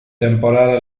temporal